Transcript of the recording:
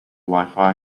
wifi